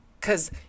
Cause